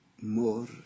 more